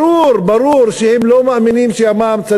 ברור שהם לא מאמינים שהמע"מ,